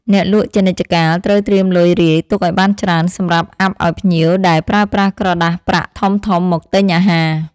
អ្នកលក់ជានិច្ចកាលត្រូវត្រៀមលុយរាយទុកឱ្យបានច្រើនសម្រាប់អាប់ឱ្យភ្ញៀវដែលប្រើប្រាស់ក្រដាសប្រាក់ធំៗមកទិញអាហារ។